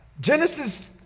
Genesis